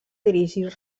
dirigir